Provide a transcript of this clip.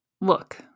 look